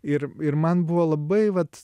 ir ir man buvo labai vat